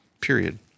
period